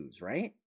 right